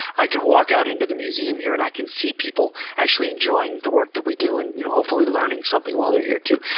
i can walk out into the museum here and i can see people actually enjoying the work that we do and you know hopefully learning something while they're here, too.